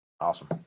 awesome